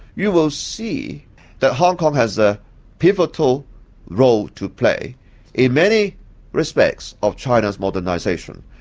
you will see that hong kong has a pivotal role to play in many respects of china's modernisation,